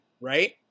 Right